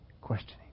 questioning